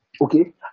Okay